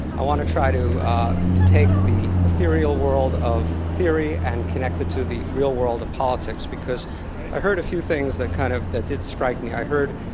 i want to try to to take the ethereal world of theory and connect it to the real world of politics. because i heard a few things that kind of, that did strike me. i heard